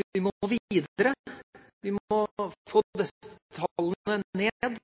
Vi må videre. Vi må få tallene ned.